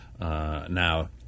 Now